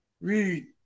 Read